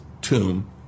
tomb